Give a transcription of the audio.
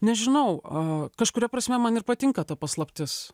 nežinau a kažkuria prasme man ir patinka ta paslaptis